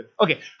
Okay